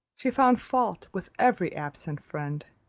she found fault with every absent friend.